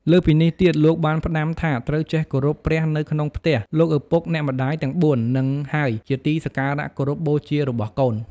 លើសពីនេះទៀតលោកបាន ផ្តាំថាត្រូវចេះគោរពព្រះនៅក្នុងផ្ទះ លោកឪពុកអ្នកម្តាយទាំងបួននឹងហើយជាទីសក្ការៈគោរពបូជារបស់កូន។